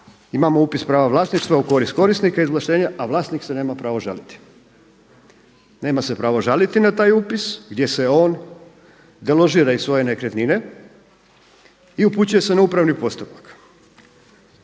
imamo upis prava vlasništva u korist korisnika izvlaštenja a vlasnik se nema pravo žaliti. Nema se pravo žaliti na taj upis gdje se on deložira iz svoje nekretnine i upućuje se na upravni postupak.